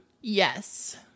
Yes